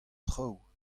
traoù